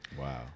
Wow